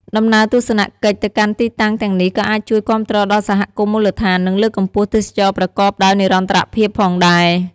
ដំណើរទស្សនកិច្ចទៅកាន់ទីតាំងទាំងនេះក៏អាចជួយគាំទ្រដល់សហគមន៍មូលដ្ឋាន និងលើកកម្ពស់ទេសចរណ៍ប្រកបដោយនិរន្តរភាពផងដែរ។